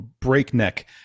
breakneck